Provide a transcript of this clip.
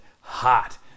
Hot